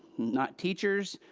not teachers,